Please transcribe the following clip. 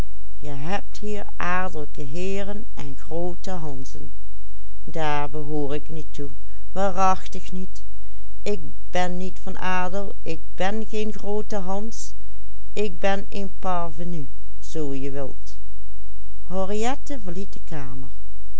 ik ben niet van adel ik ben geen groote hans ik ben een parvenu zoo je wilt henriette